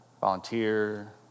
Volunteer